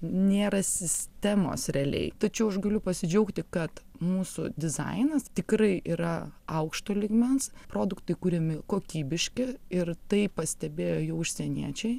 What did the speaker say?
nėra sistemos realiai tačiau aš galiu pasidžiaugti kad mūsų dizainas tikrai yra aukšto lygmens produktai kuriami kokybiški ir tai pastebėjo jau užsieniečiai